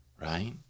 Right